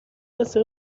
بسته